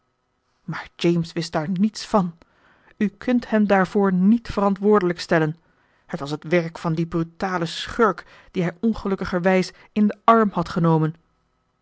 maar james wist daar niets van u kunt hem daarvoor niet verantwoordelijk stellen het was het werk van dien brutalen schurk dien hij ongelukkigerwijs in den arm had genomen